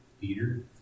Peter